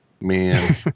Man